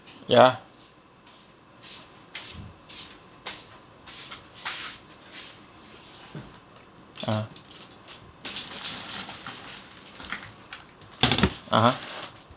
ya ah (uh huh)